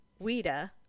Wida